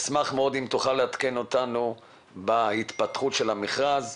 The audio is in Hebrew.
אשמח אם תוכל לעדכן אותנו בהתפתחות של המכרז.